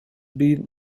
been